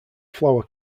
flower